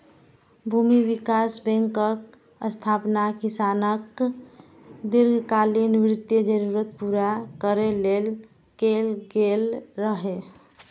भूमि विकास बैंकक स्थापना किसानक दीर्घकालीन वित्तीय जरूरत पूरा करै लेल कैल गेल रहै